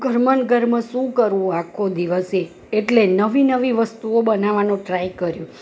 ઘરમાં ઘરમાં શું કરવું આખો દિવસ એ એટલે નવી નવી વસ્તુઓ બનાવવાનો ટ્રાય કર્યો